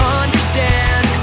understand